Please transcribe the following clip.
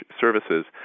services